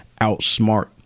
outsmart